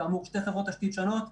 כאמור שתי חברות תשתית שונות,